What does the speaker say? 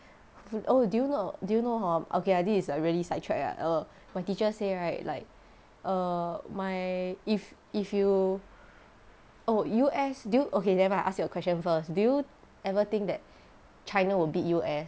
oh do you know do you know hor okay ah this is a really sidetrack ah err my teacher say right like err my if if you oh U_S do you okay nevermind I ask you a question first do you ever think that china will beat U_S